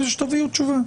תביאו תשובה.